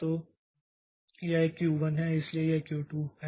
तो यह एक क्यू 1 है इसलिए यह क्यू 2 है